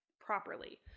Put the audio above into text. properly